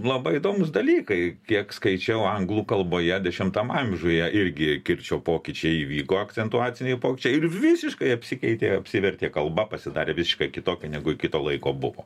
labai įdomūs dalykai kiek skaičiau anglų kalboje dešimtam amžiuje irgi kirčio pokyčiai įvyko akcentuaciniai pokyčiai ir visiškai apsikeitė apsivertė kalba pasidarė visiškai kitokia negu iki to laiko buvo